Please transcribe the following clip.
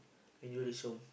when you reach home